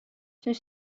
zijn